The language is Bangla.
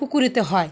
পুকুরেতে হয়